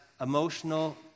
emotional